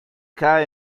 cae